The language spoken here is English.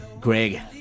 Greg